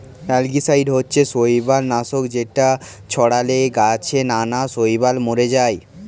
algicide হচ্ছে শৈবাল নাশক যেটা ছড়ালে গাছে নানা শৈবাল মরে যায়